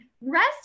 rest